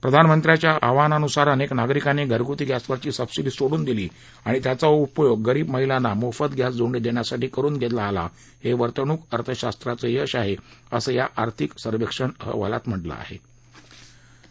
प्रधानमंत्र्यांच्या आवाहनानुसार अनक्त नागरिकांनी घरगुती गॅसवरची सबसिडी सोडून दिली आणि त्याचा उपयोग गरीब महिलांना मोफत गॅस जोडणी दृष्यासाठी करुन घेती आता हवित्तणूक अर्थशास्त्राचं यश आहा असं या आर्थिक सर्वेक्षण अहवालात म्हटलं आहा हविवांनी निदर्शनास आणलं